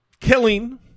killing